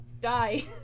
die